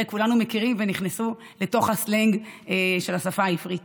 כולנו מכירים ונכנסו לתוך הסלנג של השפה העברית.